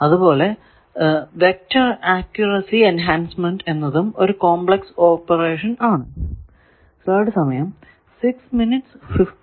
അതുപോലെ vector accuracy enhancement എന്നതും ഒരു കോംപ്ലക്സ് ഓപ്പറേഷൻ ആണ്